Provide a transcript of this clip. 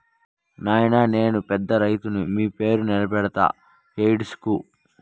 నాయినా నేను పెద్ద రైతుని మీ పేరు నిలబెడతా ఏడ్సకు